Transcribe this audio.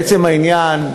לעצם העניין,